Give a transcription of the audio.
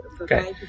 Okay